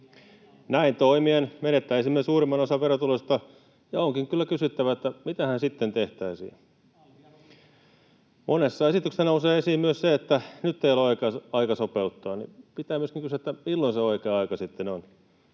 Näin toimien menettäisimme suurimman osan verotuloista, ja onkin kyllä kysyttävä, että mitähän sitten tehtäisiin. [Markus Lohi: Alvia nostettaisiin!] Monessa esityksessä nousee esiin myös se, että nyt ei ole oikea aika sopeuttaa. Pitää myöskin kysyä, milloin se oikea aika sitten on?